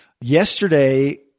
yesterday